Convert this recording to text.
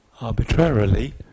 Arbitrarily